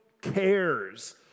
cares